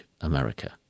America